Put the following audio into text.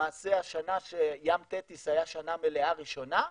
למעשה השנה שים תטיס היה שנה מלאה ראשונה,